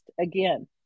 again